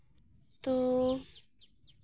ᱛᱳ